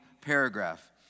paragraph